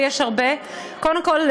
ויש הרבה: קודם כול,